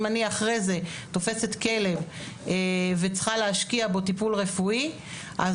אם אני אחרי זה תופסת כלב וצריכה להשקיע בו טיפול רפואי אז